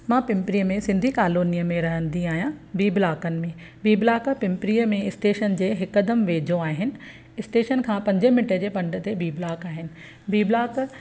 मां पिंपरीअ में सिंधी कालोनीअ में रहंदी आहियां बी ब्लाकनि में बी ब्लाक पिंपरीअ में इस्टेशन जे हिकदमि वेझो आहिनि इस्टेशन खां पंज मिंट जे पंद ते बी ब्लॉक आहिनि बी ब्लॉक